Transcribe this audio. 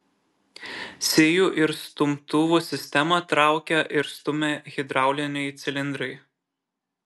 sijų ir stumtuvų sistemą traukia ir stumia hidrauliniai cilindrai